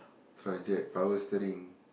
that's why I check power steering